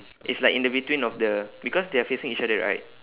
it's like in the between of the because they are facing each other right